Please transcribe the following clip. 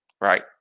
right